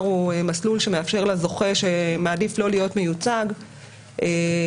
הוא מסלול שמאפשר לזוכה שמעדיף לא להיות מיוצג לבקש